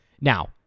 Now